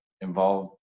involve